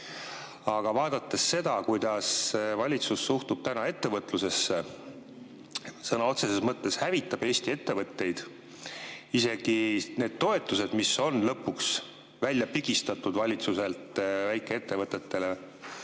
Aga vaadates seda, kuidas valitsus suhtub täna ettevõtlusesse, [me näeme], et ta sõna otseses mõttes hävitab Eesti ettevõtteid. Isegi need toetused, mis on lõpuks välja pigistatud valitsuselt väikeettevõtetele,